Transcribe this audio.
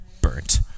burnt